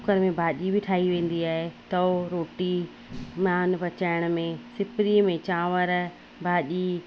cooker में भाॼी बि ठाही वेंदी आहे तओ रोटी नान पचाइण में सिपिरी में चांवर भाॼी